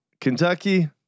Kentucky